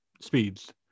speeds